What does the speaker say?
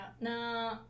No